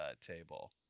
table